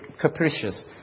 capricious